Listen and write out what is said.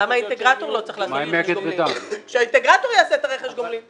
יכול להיות שהם יהיו --- אז למה האינטגרטור לא צריך לעשות רכש גומלין?